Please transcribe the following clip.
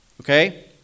Okay